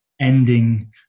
ending